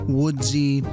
woodsy